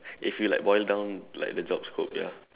if you like boil down like the job scope ya